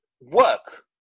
work